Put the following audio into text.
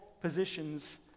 positions